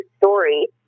story